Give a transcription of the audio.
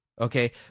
okay